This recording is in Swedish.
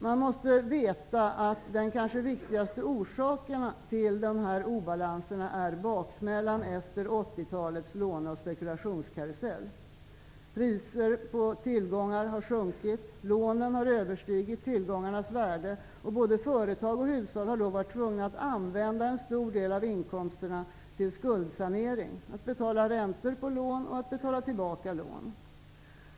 Man bör veta att den kanske viktigaste orsaken till dessa obalanser är baksmällan efter 80-talets låneoch spekulationskarusell. Priserna på tillgångar har sjunkit, och lånen har överstigit tillgångarnas värde. Både företag och hushåll har därför varit tvungna att använda en stor del av inkomsterna till skuldsanering; att betala räntor på lån och betala tillbaka lån.